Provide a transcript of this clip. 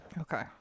Okay